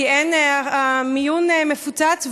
כי המיון מפוצץ,